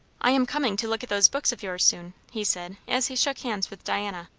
i am coming to look at those books of yours soon, he said, as he shook hands with diana.